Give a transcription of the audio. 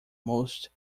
most